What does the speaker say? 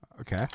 Okay